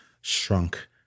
shrunk